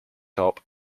top